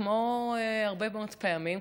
כמו הרבה מאוד פעמים,